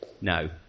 no